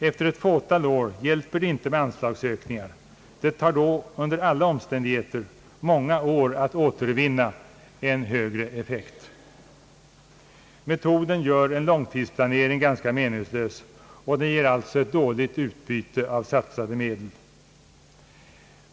Efter ett fåtal år hjälper det inte med anslagsökningar, det tar då under alla omständigheter många år att återvinna en högre effekt. Metoden gör en långtidsplanering ganska meningslös och den ger alltså dåligt utbyte av satsade medel.